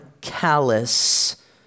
callous